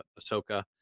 Ahsoka